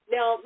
Now